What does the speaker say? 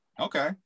okay